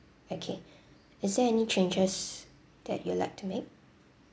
okay is there any changes that you'd like to make